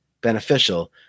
beneficial